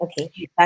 Okay